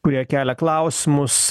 kurie kelia klausimus